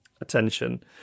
attention